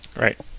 right